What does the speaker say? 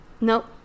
Nope